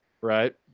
Right